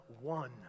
one